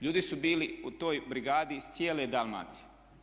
Ljudi su bili u toj brigadi iz cijele Dalmacije.